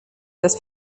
dass